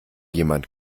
jemand